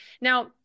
Now